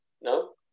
No